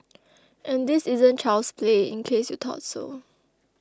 and this isn't child's play in case you thought so